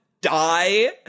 die